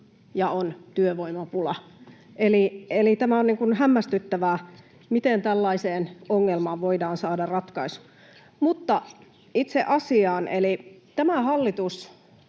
ja on työvoimapula. Tämä on hämmästyttävää. Miten tällaiseen ongelmaan voidaan saada ratkaisu? Mutta itse asiaan. Tämä hallitus